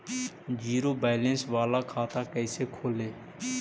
Zero balance बाला खाता कैसे खोले?